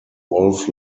wolf